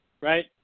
right